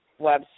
website